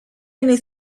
many